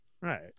Right